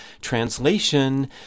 Translation